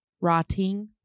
Rotting